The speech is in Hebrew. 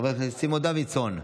חבר הכנסת סימון דוידסון,